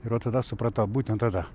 ir va tada supratau būtent tada